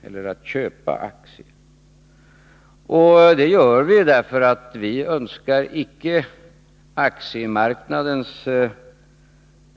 Vi har gjort på detta sätt, eftersom vi inte önskar